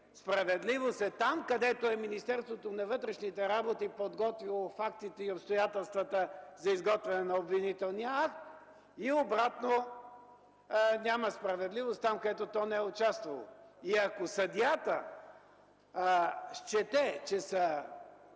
справедливостта е там, където е Министерството на вътрешните работи, подготвило фактите и обстоятелствата за изготвяне на обвинителния акт, и обратно – няма справедливост там, където то не е участвало. И ако съдията счете, че са